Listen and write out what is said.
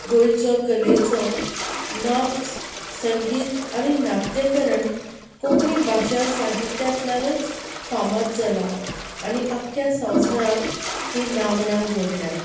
गोंयच्या कलेचो नाच संगीत आनी नाट्यकरण कोंकणी भाशा साहित्यांतलूच फामाद जालां आनी आख्या संवसाराक ती नामना जोडल्यात